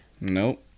Nope